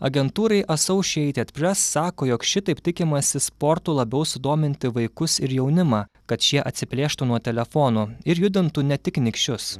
agentūrai asaušieited pres sako jog šitaip tikimasi sportu labiau sudominti vaikus ir jaunimą kad šie atsiplėštų nuo telefono ir judintų ne tik nykščius